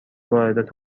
واردات